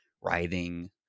writhing